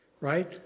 right